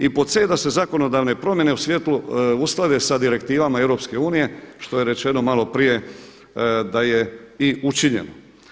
I pod c) da se zakonodavne promjene u svijetu usklade sa direktivama EU što je rečeno maloprije da je i učinjeno.